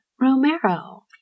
Romero